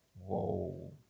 whoa